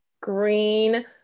green